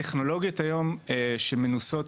הטכנולוגיות היום שמנוסות,